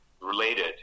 related